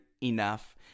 enough